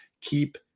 keep